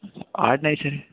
ordinary